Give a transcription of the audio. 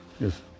Yes